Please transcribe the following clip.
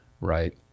right